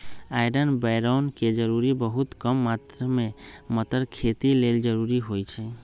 iron boron के जरूरी बहुत कम मात्र में मतर खेती लेल जरूरी होइ छइ